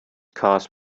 caused